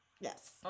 Yes